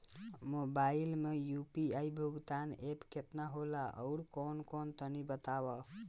Mobile म UPI भुगतान app केतना होला आउरकौन कौन तनि बतावा?